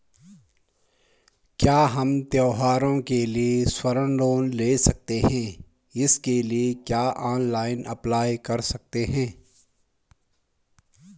क्या हम त्यौहारों के लिए स्वर्ण लोन ले सकते हैं इसके लिए क्या ऑनलाइन अप्लाई कर सकते हैं?